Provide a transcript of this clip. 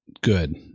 good